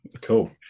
Cool